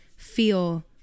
feel